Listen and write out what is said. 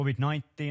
COVID-19